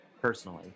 personally